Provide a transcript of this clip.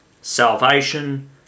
Salvation